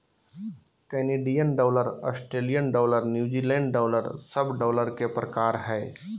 Canadian dollar, Australian dollar, New Zealand dollar सब dollar के प्रकार हय